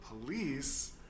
police